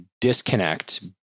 disconnect